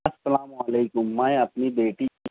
السّلام علیکم میں اپنی بیٹی